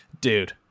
Dude